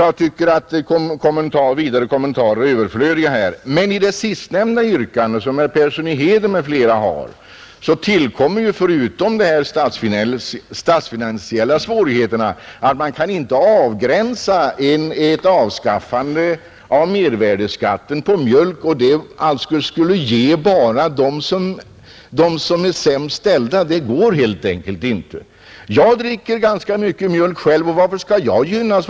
Jag tycker att vidare kommentarer är överflödiga. I fråga om yrkandet av herr Persson i Heden m.fl. tillkommer emellertid förutom de statsfinansiella svårigheterna att man inte kan avgränsa ett avskaffande av mervärdeskatten på mjölk, så att det skulle gynna bara dem som är sämst ställda. Det går helt enkelt inte. Jag dricker ganska mycket mjölk, och varför skall jag gynnas?